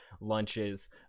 lunches